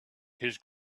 his